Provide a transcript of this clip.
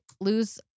lose